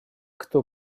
кто